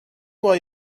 why